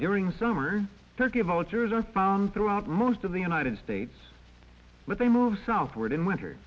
during summer turkey vultures are found throughout most of the united dates but they move southward in winter